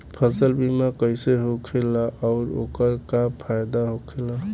फसल बीमा कइसे होखेला आऊर ओकर का फाइदा होखेला?